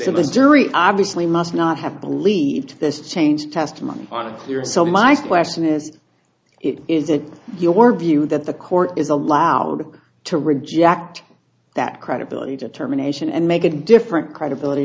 was jury obviously must not have believed this change testimony on a clear so my question is it is it your view that the court is allowed to reject that credibility determination and make a different credibility